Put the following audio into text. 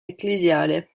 ecclesiale